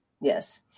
Yes